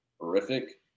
horrific